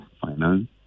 finance